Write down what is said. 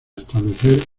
establecer